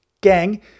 Gang